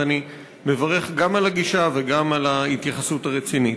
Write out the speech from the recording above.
ואני מברך גם על הגישה וגם על ההתייחסות הרצינית.